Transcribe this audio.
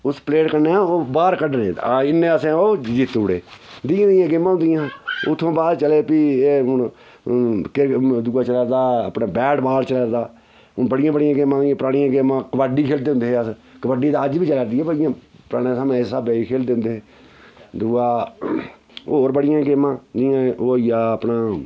उस प्लेट कन्नै ओह् बाह्र कड्डने इ'न्ने असें ओह् जित्तुड़े देइयां देइयां गेमां होंदिय़ां हियां उत्थुं बाद चले फ्ही हून एह् दूआ चला दा अपना बैट बाल चला दा हून बड़ियां बड़ियां गेमां पुरानी गेमां कबड्डी खेलदे होंदे हे अस कबड्डी तां अज्ज बी चल दी ऐ पर इ'यां पैह्ले पराने स्हाबै दी खेलदे होंदे हे दूआ होर बड़ियां गेमां जियां ओह् होई गेआ अपना